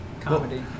comedy